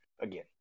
again